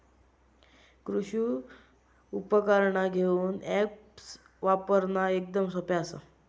कृषि उपकरणा घेऊक अॅप्स वापरना एकदम सोप्पा हा